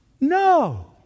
No